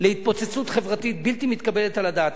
להתפוצצות חברתית בלתי מתקבלת על הדעת.